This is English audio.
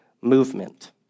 movement